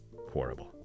horrible